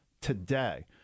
today